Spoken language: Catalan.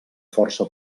força